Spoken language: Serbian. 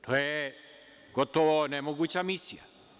To je gotovo nemoguća misija.